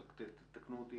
רק תתקנו אותי,